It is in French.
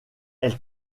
elle